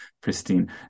pristine